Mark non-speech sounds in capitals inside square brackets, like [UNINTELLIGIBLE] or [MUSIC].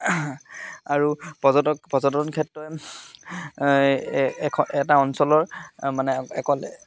আৰু পৰ্যটক পৰ্যটন ক্ষেত্ৰই [UNINTELLIGIBLE] এটা অঞ্চলৰ মানে অকল